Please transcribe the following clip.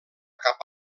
cap